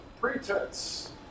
pretense